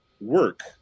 work